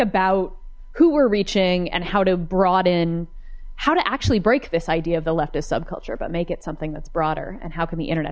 about who we're reaching and how to broaden how to actually break this idea of the leftist subculture but make it something that's broader and how can the internet